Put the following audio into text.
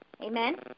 Amen